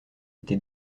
été